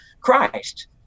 Christ